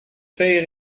twee